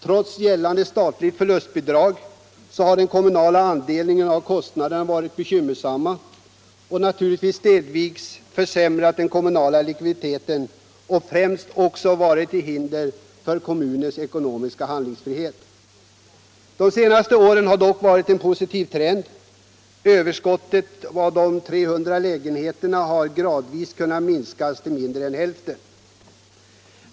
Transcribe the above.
Trots statliga förlustbidrag har den kommunala andelen av kostnaden varit bekymmersam. Den har stegvis försämrat den kommunala likviditeten och främst varit till hinder för kommunens ekonomiska handlingsfrihet. Under de senaste åren har det dock varit en positiv trend. Överskottet, som varit ca 300 lägenheter, har gradvis kunnat minskas till mindre än hälften.